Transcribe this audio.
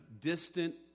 distant